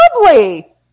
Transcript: Lovely